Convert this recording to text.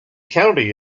county